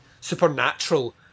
supernatural